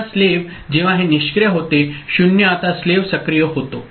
आता गुलाम जेव्हा हे निष्क्रिय होते 0 आता गुलाम सक्रिय होतो